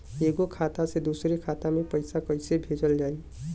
एगो खाता से दूसरा खाता मे पैसा कइसे भेजल जाई?